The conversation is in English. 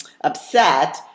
upset